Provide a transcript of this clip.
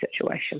situation